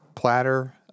Platter